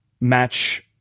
match